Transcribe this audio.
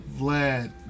Vlad